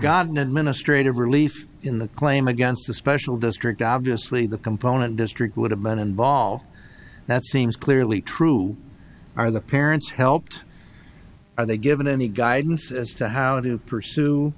an administrative relief in the claim against the special district obviously the component district would have been involved that seems clearly true are the parents helped are they given any guidance as to how to pursue